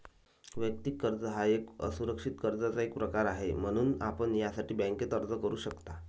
वैयक्तिक कर्ज हा एक असुरक्षित कर्जाचा एक प्रकार आहे, म्हणून आपण यासाठी बँकेत अर्ज करू शकता